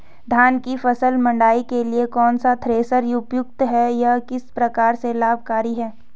धान की फसल मड़ाई के लिए कौन सा थ्रेशर उपयुक्त है यह किस प्रकार से लाभकारी है?